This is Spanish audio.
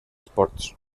sports